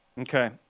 Okay